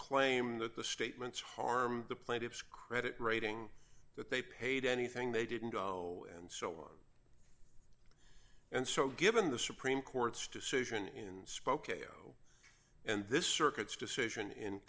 claim that the statements harmed the plaintiffs credit rating that they paid anything they didn't go and so on and so given the supreme court's decision in spokeo and this circuit's decision in